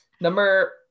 Number